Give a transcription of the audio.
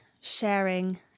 sharing